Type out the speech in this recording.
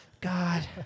God